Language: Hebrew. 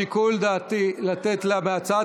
שיקול דעתי לתת לה מהצד,